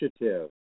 Initiative